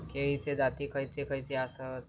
केळीचे जाती खयचे खयचे आसत?